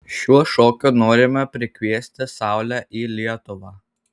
šiuo šokiu norime prikviesti saulę į lietuvą